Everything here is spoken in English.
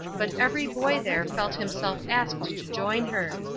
but every boy there felt himself asked to join her.